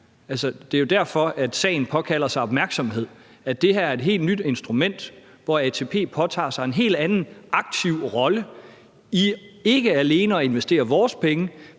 det er jo derfor, sagen påkalder sig opmærksomhed. Det her er et helt nyt instrument, hvor ATP påtager sig en helt anden aktiv rolle med ikke alene at investere vores penge,